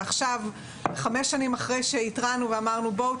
ועכשיו חמש שנים אחרי שהתרענו ואמרנו בואו,